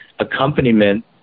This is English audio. accompaniment